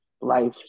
life